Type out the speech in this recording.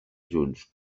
junts